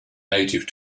native